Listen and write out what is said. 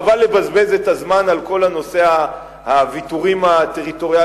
חבל לבזבז את הזמן על כל נושא הוויתורים הטריטוריאליים.